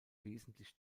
wesentlich